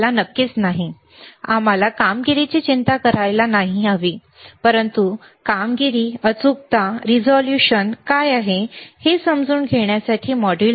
नक्कीच आम्हाला कामगिरीची चिंता करायला हवी परंतु कामगिरी अचूकता रिझोल्यूशन काय आहे हे समजून घेण्यासाठी मॉड्यूल नाही